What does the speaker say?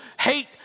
hate